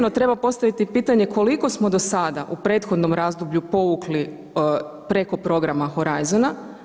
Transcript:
No treba postaviti pitanje koliko smo do sada u prethodnom razdoblju povukli preko programa Horizona.